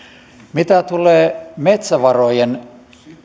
mitä tulee metsävarojen